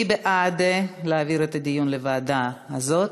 מי בעד להעביר את הדיון לוועדה הזאת?